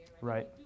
Right